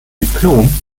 diplom